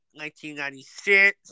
1996